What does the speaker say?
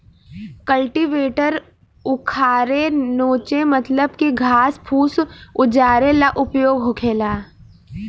cultivator उखारे नोचे मतलब की घास फूस उजारे ला उपयोग होखेला